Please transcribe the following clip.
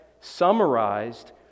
summarized